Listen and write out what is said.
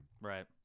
Right